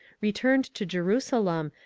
returned to jerusalem,